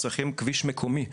צריכים כביש מקומי.